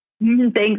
Thanks